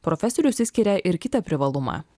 profesorius išskiria ir kitą privalumą